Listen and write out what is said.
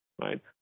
right